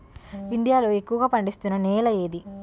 India లో ఎక్కువ పండిస్తున్నా నేల ఏది?